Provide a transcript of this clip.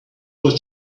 were